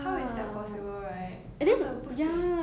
how is that possible right 真的不行